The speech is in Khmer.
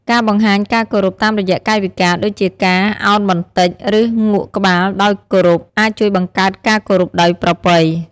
ការបង្ហាញការគោរពតាមរយៈកាយវិការ ដូចជាការ ឱនបន្តិច ឬងក់ក្បាលដោយគោរព អាចជួយបង្កើតការគោរពដោយប្រពៃ។